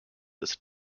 this